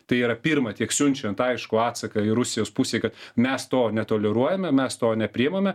tai yra pirma tiek siunčiant aiškų atsaką į rusijos pusę kad mes to netoleruojame mes to nepriimame